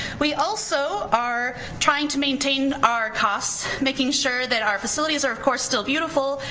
we also are trying to maintain our costs, making sure that our facilities are of course still beautiful,